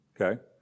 Okay